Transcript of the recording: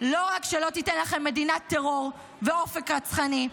לא רק שלא תיתן לכם מדינת טרור ואופק רצחני,